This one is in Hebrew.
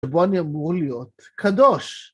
נבואני אמור להיות קדוש.